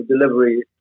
delivery